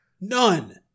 None